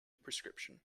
prescription